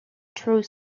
true